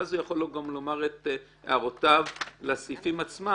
ואז הוא יכול לומר גם את הערותיו לסעיפים עצמם.